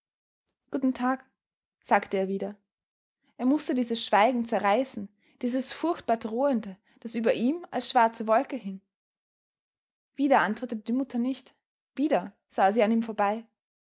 guten tag sagte er wieder er mußte dieses schweigen zerreißen dieses furchtbar drohende das über ihm als schwarze wolke hing wieder antwortete die mutter nicht wieder sah sie an ihm vorbei